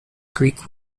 greek